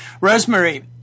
Rosemary